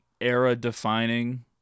era-defining